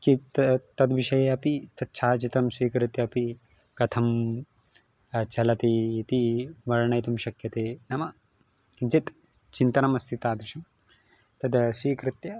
कित्त् तद्विषये अपि तच्छायाचित्रं स्वीकृत्य अपि कथं चलति इति वर्णयितुं शक्यते नाम किञ्चित् चिन्तनमस्ति तादृशं तद् स्वीकृत्य